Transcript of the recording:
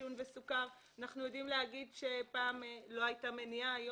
העישון והסוכר אנחנו יודעים להגיד שפעם לא הייתה מניעה ואילו